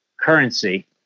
currency